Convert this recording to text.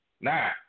Now